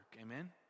amen